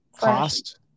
cost